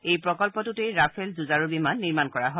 এই প্ৰকল্পটোতে ৰাফেল যুঁজাৰু বিমান নিৰ্মাণ কৰা হয়